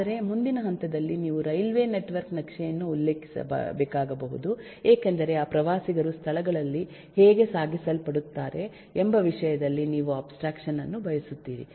ಆದರೆ ಮುಂದಿನ ಹಂತದಲ್ಲಿ ನೀವು ರೈಲ್ವೆ ನೆಟ್ವರ್ಕ್ ನಕ್ಷೆಯನ್ನು ಉಲ್ಲೇಖಿಸಬೇಕಾಗಬಹುದು ಏಕೆಂದರೆ ಆ ಪ್ರವಾಸಿಗರು ಸ್ಥಳಗಳಲ್ಲಿ ಹೇಗೆ ಸಾಗಿಸಲ್ಪಡುತ್ತಾರೆ ಎಂಬ ವಿಷಯದಲ್ಲಿ ನೀವು ಅಬ್ಸ್ಟ್ರಾಕ್ಷನ್ ಅನ್ನು ಬಯಸುತ್ತೀರಿ